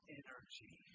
energy